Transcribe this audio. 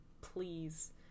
please